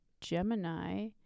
Gemini